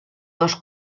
dos